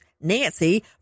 nancy